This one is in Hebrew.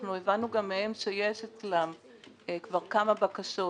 אנחנו הבנו גם מהם שיש אצלם כבר כמה בקשות